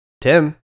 Tim